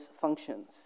functions